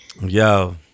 Yo